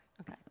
Okay